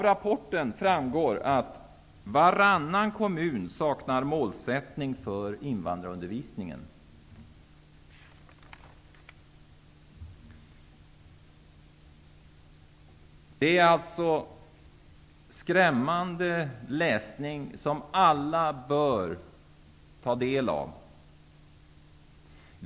Detta är en skrämmande läsning som alla bör ta del av.